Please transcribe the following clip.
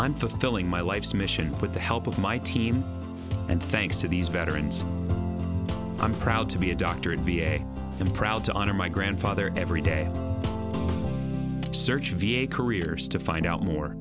filling my life's mission with the help of my team and thanks to these veterans i'm proud to be a doctor and be proud to honor my grandfather every day search v a careers to find out more